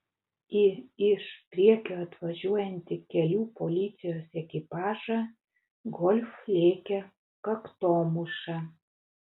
į iš priekio atvažiuojantį kelių policijos ekipažą golf lėkė kaktomuša